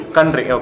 Country